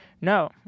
No